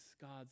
God's